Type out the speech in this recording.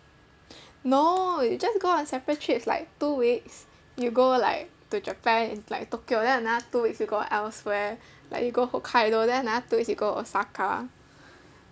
no you just go on separate trips like two weeks you go like to japan in like tokyo then another two weeks you go elsewhere like you go hokkaido then another two weeks you go osaka